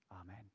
Amen